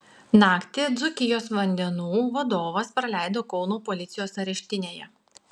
naktį dzūkijos vandenų vadovas praleido kauno policijos areštinėje